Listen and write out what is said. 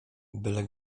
byle